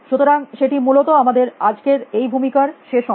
সুতরাং সেটি মূলত আমাদের আজকের এই ভূমিকার শেষ অংশ